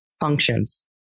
functions